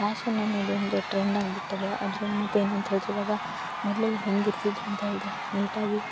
passion ಅನ್ನೋದು ಒಂದು trend ಆಗ್ಬಿಟ್ಟದೆ ಆದರೆ ಮತ್ತು ಏನಂತ ಹೇಳ್ದ್ರ ಇವಾಗ ಮೊದಲೆಲ್ಲ ಹೆಂಗಿರ್ತಿದ್ದರು ಅಂತೇಳ್ದ್ರೆ ನೀಟಾಗಿ